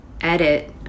edit